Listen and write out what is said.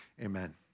amen